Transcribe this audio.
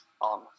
on